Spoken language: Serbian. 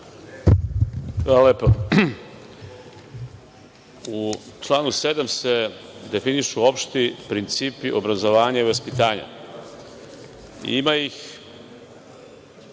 Hvala lepo.U članu 7. se definišu opšti principi obrazovanja i vaspitanja. Ima ih